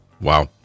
Wow